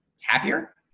happier